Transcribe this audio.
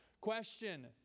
Question